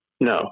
no